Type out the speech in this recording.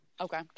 Okay